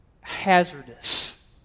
hazardous